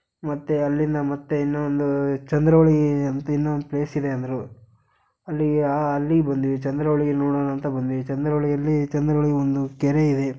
ಮತ್ತು ಅಲ್ಲಿಂದ ಮತ್ತೆ ಇನ್ನೊಂದು ಚಂದ್ರಹೊಳೆ ಅಂತ ಇನ್ನೊಂದು ಪ್ಲೇಸ್ ಇದೆ ಅಂದರು ಅಲ್ಲಿ ಅಲ್ಲಿಗೆ ಬಂದ್ವಿ ಚಂದ್ರಹೊಳೆ ನೋಡೋಣ ಅಂತ ಬಂದ್ವಿ ಚಂದ್ರಹೊಳೆಯಲ್ಲಿ ಚಂದ್ರಹೊಳೆ ಒಂದು ಕೆರೆ ಇದೆ